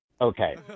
Okay